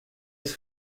ich